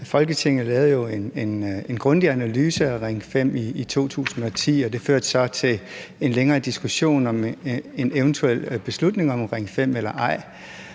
Folketinget lavede jo en grundig analyse af Ring 5 i 2010, og det førte så til en længere diskussion om en eventuel beslutning om at have Ring 5 eller ej,